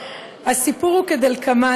הסיפור הוא כדלקמן,